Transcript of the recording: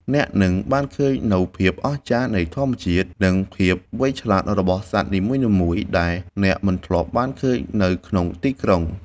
អ្នកនឹងបានឃើញនូវភាពអស្ចារ្យនៃធម្មជាតិ និងភាពវៃឆ្លាតរបស់សត្វនីមួយៗដែលអ្នកមិនធ្លាប់បានឃើញនៅក្នុងទីក្រុង។